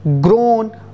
grown